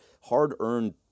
hard-earned